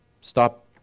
stop